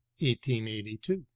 1882